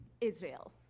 Israel